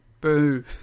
Boo